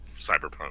Cyberpunk